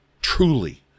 truly